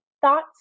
thoughts